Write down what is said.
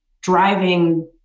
driving